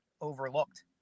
overlooked